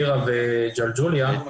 טירה וג'לג'וליה,